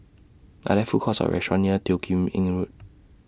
Are There Food Courts Or restaurants near Teo Kim Eng Road